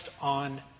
on